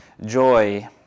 joy